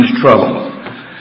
trouble